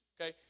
okay